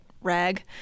rag